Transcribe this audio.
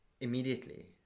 immediately